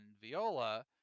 Viola